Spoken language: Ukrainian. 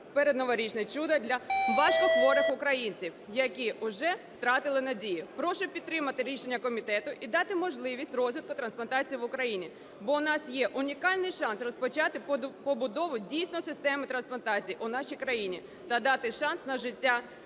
передноворічне чудо для важкохворих українців, які вже втратили надію. Прошу підтримати рішення комітету і дати можливість розвитку трансплантації в Україні, бо у нас є унікальний шанс розпочати побудову дійсно системи трансплантації у нашій країні та дати шанс на життя